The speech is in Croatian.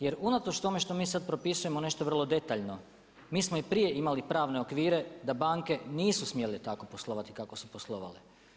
Jer unatoč tome što mi sad propisujemo nešto vrlo detaljno, mi smo i prije imali pravne okvire da banke nisu smjele tako poslovati kako su poslovali.